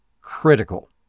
critical